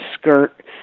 skirt